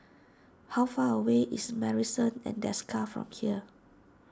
how far away is Marrison at Desker from here